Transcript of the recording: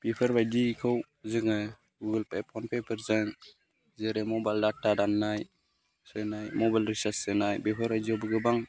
बेफोरबायदिखौ जोङो गुगोलपे फ'नपेफोरजों जेरै मबाइल दाता दाननाय सोनाय मबाइल रिसार्ज सोनाय बेफोरबायदियावबो गोबां